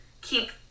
keep